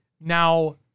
now